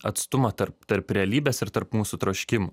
atstumą tarp tarp realybės ir tarp mūsų troškimų